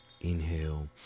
inhale